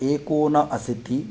एकोन अशीति